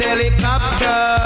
Helicopter